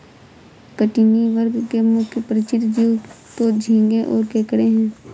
कठिनी वर्ग के मुख्य परिचित जीव तो झींगें और केकड़े हैं